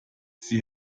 sie